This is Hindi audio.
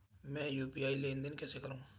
मैं यू.पी.आई लेनदेन कैसे करूँ?